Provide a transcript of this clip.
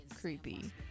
creepy